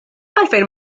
għalfejn